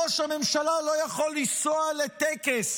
ראש הממשלה לא יכול לנסוע לטקס